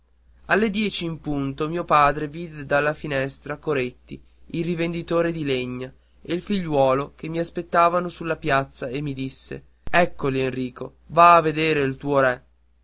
alle dieci in punto mio padre vide dalla finestra coretti il rivenditore di legna e il figliuolo che m'aspettavano sulla piazza e mi disse eccoli enrico va a vedere il tuo re